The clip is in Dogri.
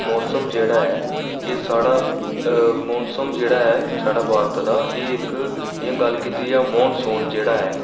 मोसम जेह्दा ऐ एह् साढ़ा मोसम जेह्दा ऐ साढ़े भारत दा एह् इक इ'यां गल्ल कीती जा मौनसून जेह्ड़ा ऐ